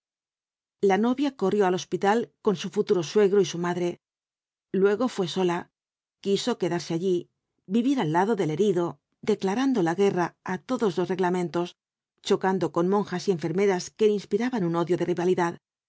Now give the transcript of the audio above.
la novia corrió al hospital con su futuro suegro y su madre luego fué sola quiso quedarse allí vivir al lado del herido declarando la guerra á todos los reglamentos chocando con monjas y enfermeras que le inspiraban un odio de rivalidad